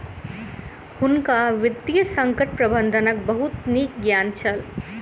हुनका वित्तीय संकट प्रबंधनक बहुत नीक ज्ञान छल